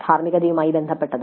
ധാർമ്മികതയുമായി ബന്ധപ്പെട്ടത്